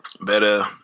better